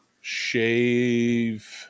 shave